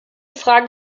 frage